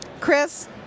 Chris